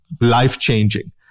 life-changing